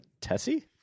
Tessie